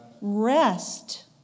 rest